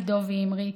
עידו ואמרי,